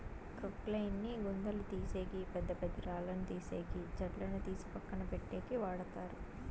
క్రొక్లేయిన్ ని గుంతలు తీసేకి, పెద్ద పెద్ద రాళ్ళను తీసేకి, చెట్లను తీసి పక్కన పెట్టేకి వాడతారు